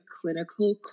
clinical